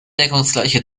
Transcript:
deckungsgleiche